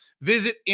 visit